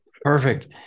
Perfect